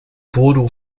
bodo